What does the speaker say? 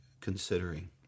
considering